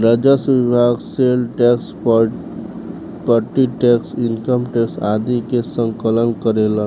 राजस्व विभाग sale tax property tax income tax आदि के संकलन करेला